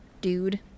dude